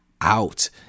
out